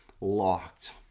locked